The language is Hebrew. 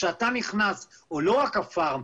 כשאתה נכנס לא רק הפארם,